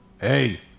Hey